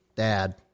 Dad